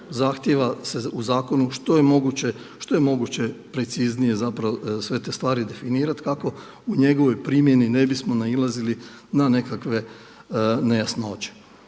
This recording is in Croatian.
zahtjeva se u zakonu što je moguće preciznije zapravo sve te stvari definirat kako u njegovoj primjeni ne bismo nailazili na nekakve nejasnoće.